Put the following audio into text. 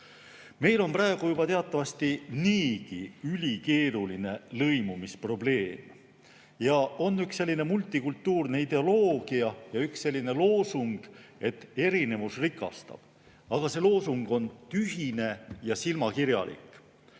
Meil on praegu teatavasti niigi ülikeeruline lõimumisprobleem. On üks selline multikultuurne ideoloogia ja üks selline loosung, et erinevus rikastab. Aga see loosung on tühine ja silmakirjalik.